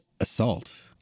assault